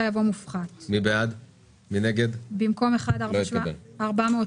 כלומר הם לא פקטור משמעותי,